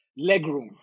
legroom